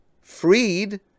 freed